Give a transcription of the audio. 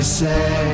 say